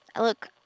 Look